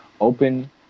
open